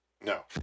No